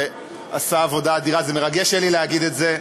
שעשה עבודה אדירה, זה מרגש, אלי, להגיד את זה.